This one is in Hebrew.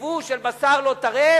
ייבוא של בשר לא טרף,